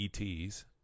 ETs